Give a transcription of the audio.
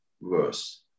worse